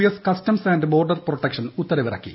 S customs and border protection ഉത്തരവിറക്കി